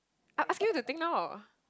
I ask you to think now